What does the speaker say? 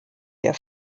der